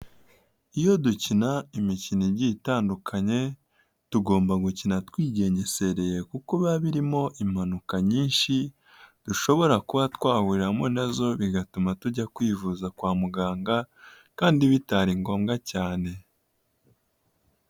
Iyo dukina imikino igiye itandukanye, tugomba gukina twigengesereye kuko biba birimo impanuka nyinshi, dushobora kuba twahuriramo na zo, bigatuma tujya kwivuza kwa muganga kandi bitari ngombwa cyane.